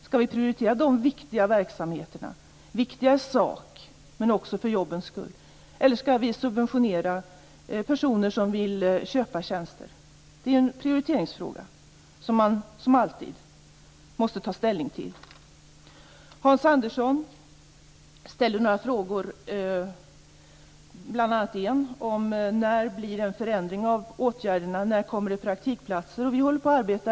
Skall vi prioritera dessa viktiga verksamheter - viktiga i sak men också för jobbens skull - eller skall vi subventionera personer som vill köpa tjänster? Det är en prioriteringsfråga som man, som alltid, måste ta ställning till. Hans Andersson ställde några frågor. En handlade om när det blir en sådan förändring av åtgärderna att praktikplatser kommer till stånd.